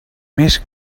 més